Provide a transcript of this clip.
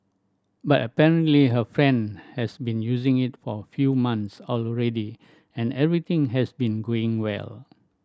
but apparently her friend has been using it for a few months already and everything has been going well